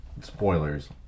spoilers